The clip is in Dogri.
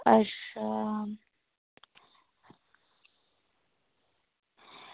अच्छा